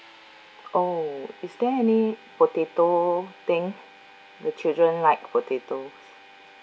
oh is there any potato thing the children like potatoes